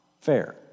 fair